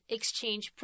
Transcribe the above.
Exchange